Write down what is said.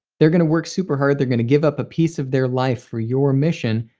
they're going to work super hard, they're going to give up a piece of their life for your mission,